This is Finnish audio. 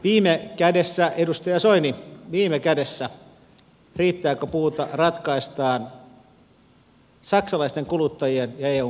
viime kädessä edustaja soini se riittääkö puuta ratkaistaan saksalaisten kuluttajien ja eun komission toimesta